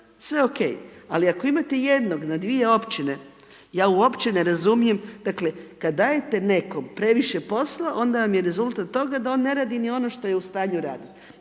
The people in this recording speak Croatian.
sve ok. Ali ako imate jednog na dvije općine, ja uopće ne razumijem dakle, kada dajete nekom previše posla onda vam je rezultat toga da on ne radi ni ono što je u stanju raditi.